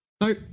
No